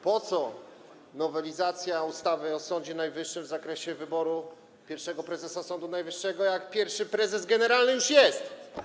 Po co nowelizacja ustawy o Sądzie Najwyższym w zakresie wyboru pierwszego prezesa Sądu Najwyższego, skoro pierwszy prezes generalny już jest?